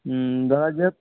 ᱫᱚᱦᱚ ᱡᱟᱹᱛ